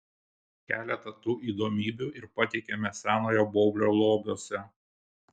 keletą tų įdomybių ir pateikiame senojo baublio lobiuose